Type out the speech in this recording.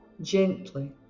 gently